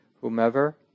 whomever